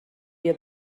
بیا